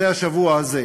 זה השבוע הזה,